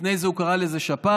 לפני זה הוא קרא לזה שפעת,